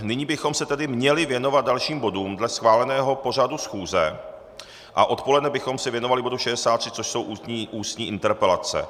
Nyní bychom se tedy měli věnovat dalším bodům dle schváleného pořadu schůze a odpoledne bychom se věnovali bodu 63, což jsou ústní interpelace.